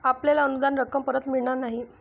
आपल्याला अनुदान रक्कम परत मिळणार नाही